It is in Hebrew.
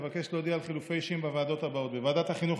אבקש להודיע על חילופי אישים בוועדות הבאות: בוועדת החינוך,